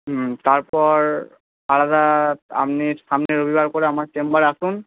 হুম তারপর আলাদা আপনি সামনের রবিবার করে আমার চেম্বারে আসুন